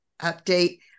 update